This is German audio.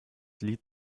lied